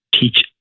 teach